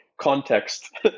context